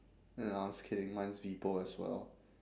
ya no I'm just kidding mine is vepo as well